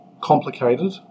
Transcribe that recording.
complicated